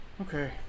Okay